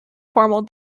formal